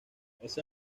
ese